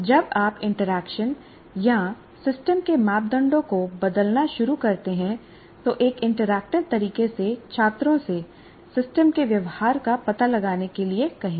जब आप इंटरकनेक्शन या सिस्टम के मापदंडों को बदलना शुरू करते हैं तो एक इंटरैक्टिव तरीके से छात्रों से सिस्टम के व्यवहार का पता लगाने के लिए कहें